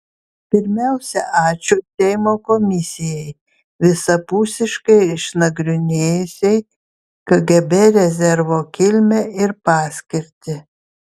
pirmiausia ačiū seimo komisijai visapusiškai išnagrinėjusiai kgb rezervo kilmę ir paskirtį